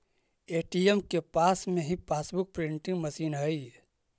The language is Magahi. ए.टी.एम के पास में ही पासबुक प्रिंटिंग मशीन हई